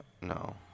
no